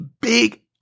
big